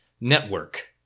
Network